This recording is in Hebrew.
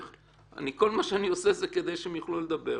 להיפך, כל מה שאני עושה זה כדי שהם יוכלו לדבר.